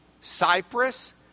Cyprus